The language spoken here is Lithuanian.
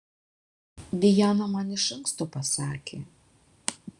diana man iš anksto pasakė